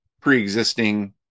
pre-existing